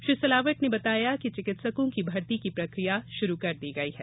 श्री सिलावट ने बताया कि चिकित्सकों की भर्ती की प्रक्रिया शुरू कर दी गई है